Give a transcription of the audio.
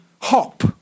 hop